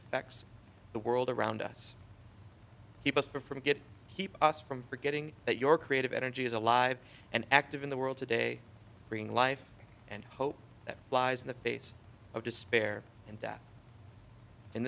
effects the world around us keep us from get keep us from forgetting that your creative energy is alive and active in the world today bring life and hope that lies in the face of despair and de